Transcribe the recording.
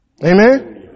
Amen